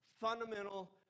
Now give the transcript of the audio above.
fundamental